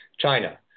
China